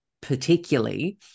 particularly